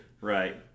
right